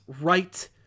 right